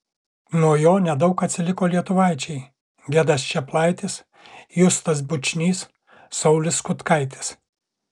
nuo jo nedaug atsiliko lietuvaičiai gedas čeplaitis justas bučnys saulius kutkaitis